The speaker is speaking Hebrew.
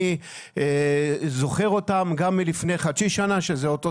אני זוכר שגם לפני חצי שנה היה אותו סיפור.